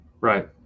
right